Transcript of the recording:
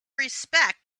respect